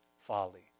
folly